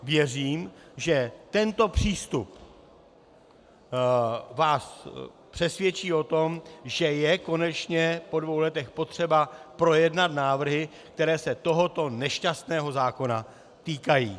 Věřím, že tento přístup vás přesvědčí o tom, že je konečně po dvou letech potřeba projednat návrhy, které se tohoto nešťastného zákona týkají.